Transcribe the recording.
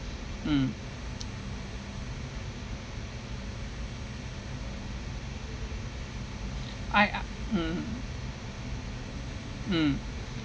mm I ac~ mm mm